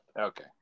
Okay